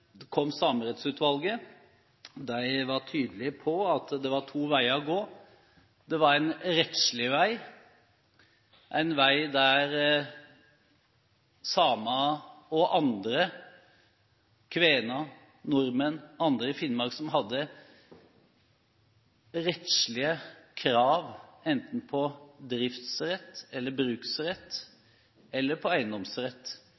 kom Samerettsutvalget. De var tydelige på at det var to veier å gå. Det var en rettslig vei, en vei der samer og andre – kvener, nordmenn, andre i Finnmark – som hadde rettslige krav på enten driftsrett, bruksrett eller